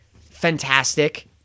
fantastic